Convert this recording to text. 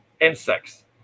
Insects